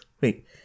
Wait